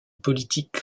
politique